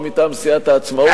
מטעם סיעת העצמאות,